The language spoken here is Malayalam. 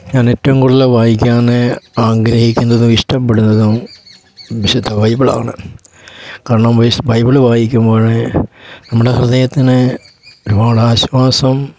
ഞാൻ ഏറ്റവും കൂടുതൽ വായിക്കാൻ ആഗ്രഹിക്കുന്നതും ഇഷ്ടപ്പെടുന്നതും വിശുദ്ധ ബൈബിളാണ് കാരണം ബൈബിൾ വായിക്കുമ്പോൾ നമ്മുടെ ഹൃദയത്തിന് ഒരുപാട് ആശ്വാസം